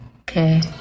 Okay